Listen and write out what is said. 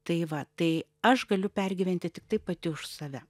tai va tai aš galiu pergyventi tiktai pati už save